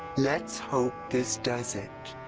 let's hope this does it.